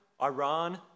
Iran